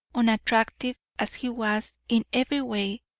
unattractive as he was in every way,